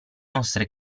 nostre